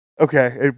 Okay